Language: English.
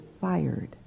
fired